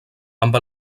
amb